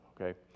okay